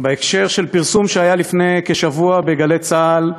בקשר לפרסום שהיה לפני כשבוע ב"גלי צה"ל",